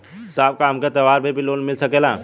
साहब का हमके त्योहार पर भी लों मिल सकेला?